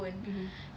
mmhmm